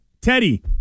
Teddy